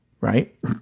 right